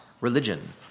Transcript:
religion